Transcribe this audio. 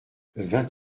vingt